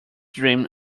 dream